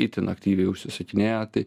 itin aktyviai užsisakinėja tai